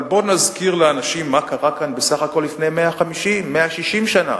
אבל בואו נזכיר לאנשים מה קרה כאן בסך הכול לפני 150 160 שנה